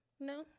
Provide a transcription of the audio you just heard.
no